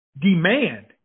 demand